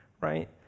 right